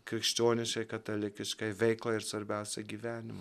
krikščionišką katalikišką veiklą ir svarbiausia gyvenimo